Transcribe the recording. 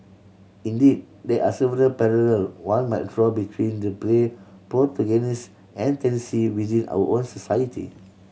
indeed there are several parallel one might draw between the play protagonist and within our own society